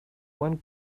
one